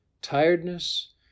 tiredness